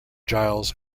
giles